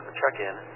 check-in